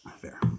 Fair